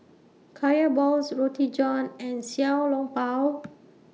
Kaya Balls Roti John and Xiao Long Bao